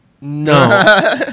No